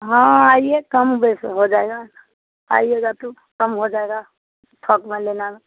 हाँ आइए कम बेस हो जाएगा आइएगा तो कम हो जाएगा थोक में लेना